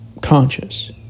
conscious